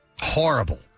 Horrible